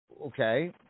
okay